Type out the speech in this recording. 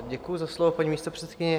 Děkuji za slovo, paní místopředsedkyně.